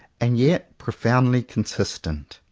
and yet profoundly consistent.